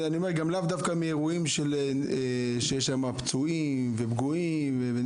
אבל הוא מבקר לא רק אנשים פצועים ונפגעים,